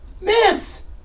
miss